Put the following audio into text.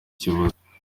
kibuze